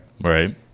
Right